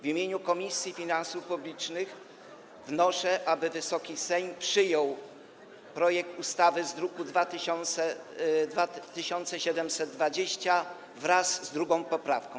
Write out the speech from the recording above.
W imieniu Komisji Finansów Publicznych wnoszę, aby Wysoki Sejm przyjął projekt ustawy z druku nr 2720 wraz z 2. poprawką.